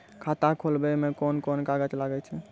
खाता खोलावै मे कोन कोन कागज लागै छै?